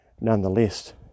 nonetheless